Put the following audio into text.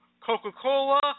Coca-Cola